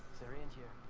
syringes are